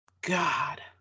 God